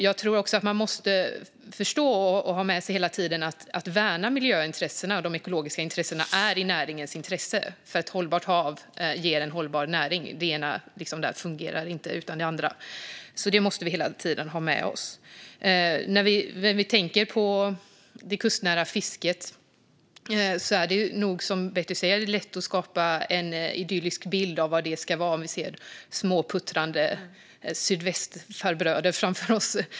Jag tror att man måste förstå och ha med sig att det ligger i näringens intresse att värna miljöintressena och de ekologiska intressena, för ett hållbart hav ger en hållbar näring. Det ena fungerar inte utan det andra, så detta måste vi hela tiden ha med oss. När det gäller det kustnära fisket är det nog, som Betty säger, lätt att skapa en idyllisk bild av vad detta ska vara - vi ser småputtrande sydvästfarbröder framför oss.